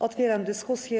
Otwieram dyskusję.